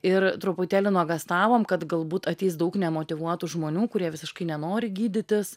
ir truputėlį nuogąstavom kad galbūt ateis daug nemotyvuotų žmonių kurie visiškai nenori gydytis